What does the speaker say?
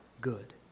good